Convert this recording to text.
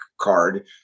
card